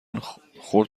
خورد